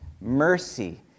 mercy